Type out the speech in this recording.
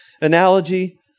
analogy